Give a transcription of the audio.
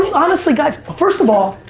honestly, guys, first of all.